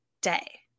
day